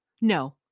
No